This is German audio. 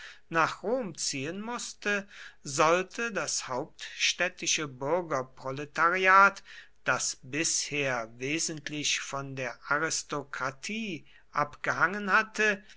nach rom ziehen mußte sollte das hauptstädtische bürgerproletariat das bisher wesentlich von der aristokratie abgehangen hatte